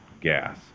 gas